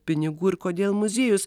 pinigų ir kodėl muziejus